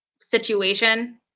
situation